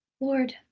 Lord